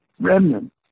remnant